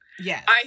Yes